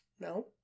No